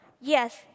yes